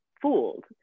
fooled